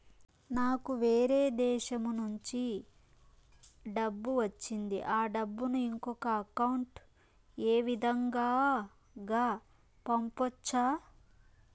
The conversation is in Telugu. నాకు వేరే దేశము నుంచి డబ్బు వచ్చింది ఆ డబ్బును ఇంకొక అకౌంట్ ఏ విధంగా గ పంపొచ్చా?